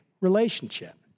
relationship